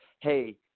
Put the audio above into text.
Hey